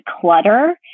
clutter